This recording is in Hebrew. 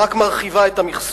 והמדינה רק מרחיבה את המכסות,